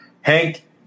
Hank